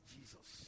Jesus